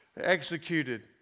executed